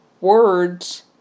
words